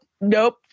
nope